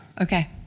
Okay